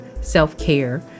self-care